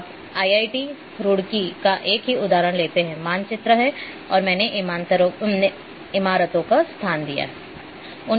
अब आइआइटी रुड़की का एक ही उदाहरण लेते हैं मानचित्र और मैंने इमारतों को स्थान दिया है